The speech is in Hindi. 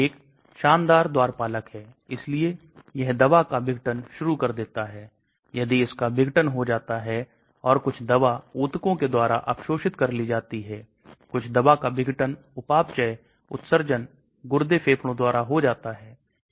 यह केवल छोटे मॉलिक्यूल ग्लूकोज और ऑक्सीजन की अनुमति देता है और फिर कोशिका membrane को लक्षित करता है इसलिए दवा को अपने लक्ष्य स्थल तक पहुंचने से पहले इतने सारे membrane अवरोधों का सामना करना पड़ता है